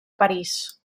parís